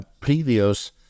previous